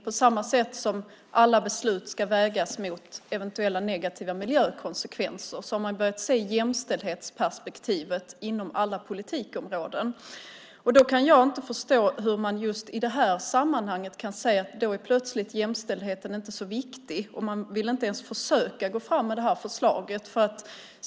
På samma sätt som alla beslut ska vägas mot eventuella negativa miljökonsekvenser har man börjat se jämställdhetsperspektivet inom alla politikområden. Då kan jag inte förstå hur man just i det här sammanhanget kan säga att jämställdheten plötsligt inte är så viktig, och man vill inte ens försöka gå fram med det här förslaget.